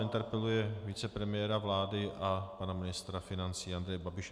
Interpeluje vicepremiéra vlády a pana ministra financí Andreje Babiše.